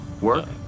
work